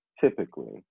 typically